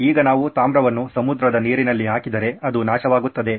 ಈಗ ನಾವು ತಾಮ್ರವನ್ನು ಸಮುದ್ರದ ನೀರಿನಲ್ಲಿ ಹಾಕಿದರೆ ಅದು ನಾಶವಾಗುತ್ತದೆ